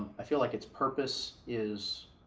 i feel like its purpose is,